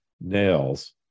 nails